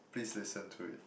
please listen to it